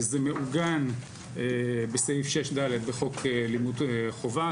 זה מעוגן בסעיף 6(ד) לחוק לימוד חובה,